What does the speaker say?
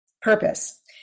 purpose